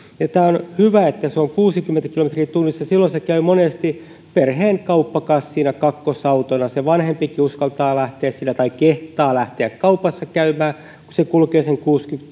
tämä on hyvä että se on kuusikymmentä kilometriä tunnissa silloin se käy monesti perheen kauppakassina kakkosautona se vanhempikin uskaltaa tai kehtaa lähteä sillä kaupassa käymään kun se kulkee sen kuusikymmentä